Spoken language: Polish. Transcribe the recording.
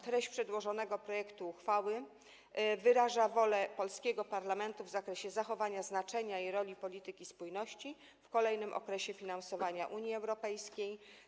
Treść przedłożonego projektu uchwały wyraża wolę polskiego parlamentu w zakresie zachowania znaczenia i roli polityki spójności w kolejnym okresie finansowania Unii Europejskiej.